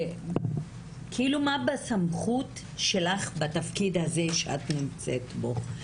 מה בסמכות שלך בתפקיד הזה שאת נמצאת בו,